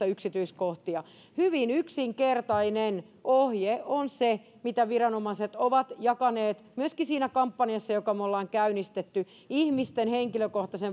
yksityiskohtia hyvin yksinkertainen ohje on se mitä viranomaiset ovat jakaneet myöskin siinä kampanjassa jonka me olemme käynnistäneet tiedottamiseksi ihmisten henkilökohtaista